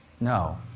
no